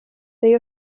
they